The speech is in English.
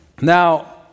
Now